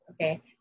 okay